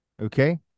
Okay